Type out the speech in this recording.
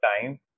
time